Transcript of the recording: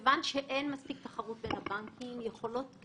ולכן דוחות הביקורת